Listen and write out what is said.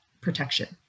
protection